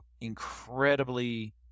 incredibly